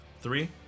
Three